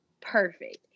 perfect